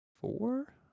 Four